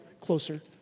closer